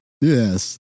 Yes